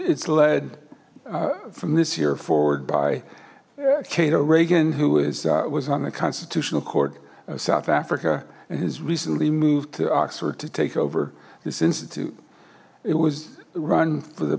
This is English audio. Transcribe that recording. it's led from this year forward by cato reagan who is was on the constitutional court of south africa and has recently moved to oxford to take over this institute it was run for the